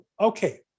Okay